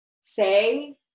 say